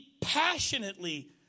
passionately